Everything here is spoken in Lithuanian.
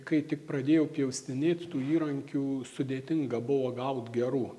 kai tik pradėjau pjaustinėt tų įrankių sudėtinga buvo gaut gerų